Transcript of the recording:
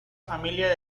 familia